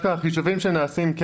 החישובים שנעשים,